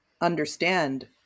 understand